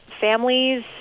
Families